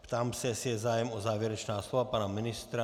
Ptám se, jestli je zájem o závěrečná slova pana ministra.